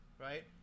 right